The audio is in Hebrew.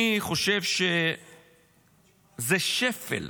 אני חושב שזה שפל,